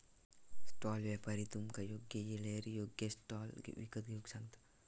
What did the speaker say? stall व्यापारी तुमका योग्य येळेर योग्य स्टॉक विकत घेऊक सांगता